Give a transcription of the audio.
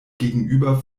gegenüber